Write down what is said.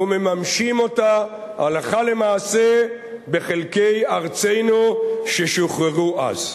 ומממשים אותה הלכה למעשה בחלקי ארצנו ששוחררו אז.